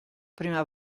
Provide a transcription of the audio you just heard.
prima